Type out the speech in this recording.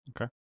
okay